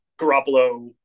Garoppolo